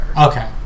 okay